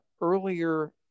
earlier